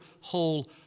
whole